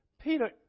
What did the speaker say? Peter